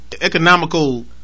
economical